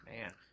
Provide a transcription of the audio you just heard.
Man